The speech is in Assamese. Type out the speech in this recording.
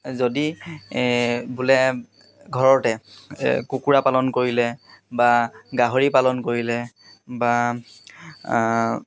যদি বোলে ঘৰতে কুকুৰা পালন কৰিলে বা গাহৰি পালন কৰিলে বা